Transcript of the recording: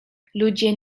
ludzie